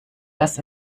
dass